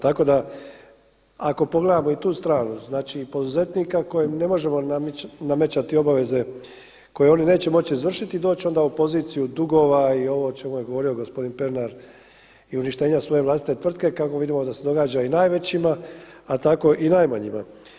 Tako da ako pogledamo i tu stranu, znači i poduzetnika kojem ne možemo namećati obaveze koje oni neće moći izvršiti i doći onda u poziciju dugova i ovo o čemu je govorio gospodin Pernar i uništenja svoje vlastite tvrtke kako vidimo da se događa i najvećima a tako i najmanjima.